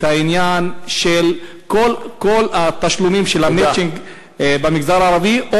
העניין של כל התשלומים של המצ'ינג במגזר הערבי,